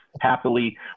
happily